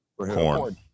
Corn